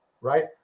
right